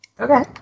Okay